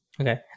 okay